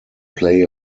play